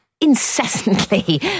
incessantly